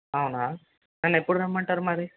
అవునా నన్ను ఎప్పుడు రమ్మంటారు మరి